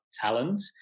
talent